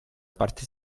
parte